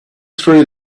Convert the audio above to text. through